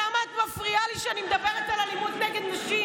למה את מפריעה לי כשאני מדברת על אלימות נגד נשים?